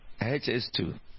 HS2